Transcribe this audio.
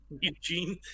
Eugene